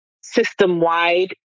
system-wide